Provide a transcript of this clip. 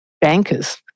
bankers